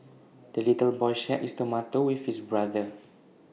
the little boy shared his tomato with his brother